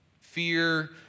fear